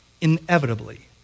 inevitably